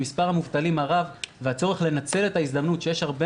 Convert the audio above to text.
עם מספר המובטלים הרב והצורך לנצל את ההזדמנות שיש הרבה